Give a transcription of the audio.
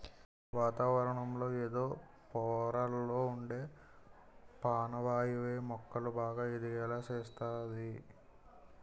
వాతావరణంలో ఎదో పొరల్లొ ఉండే పానవాయువే మొక్కలు బాగా ఎదిగేలా సేస్తంది